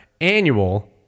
annual